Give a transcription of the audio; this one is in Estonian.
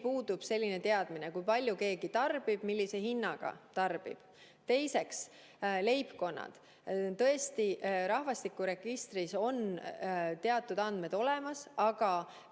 puudub teadmine, kui palju keegi tarbib, millise hinnaga tarbib. Teiseks, leibkondade kohta tõesti rahvastikuregistris on teatud andmed olemas, aga